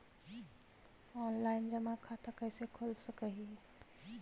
Online जमा खाता कैसे खोल सक हिय?